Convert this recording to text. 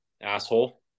asshole